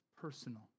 personal